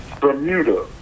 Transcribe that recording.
Bermuda